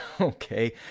okay